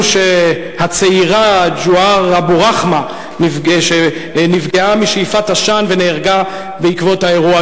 שהצעירה ג'והאר אבו רחמה נפגעה משאיפת עשן ונהרגה בעקבות האירוע.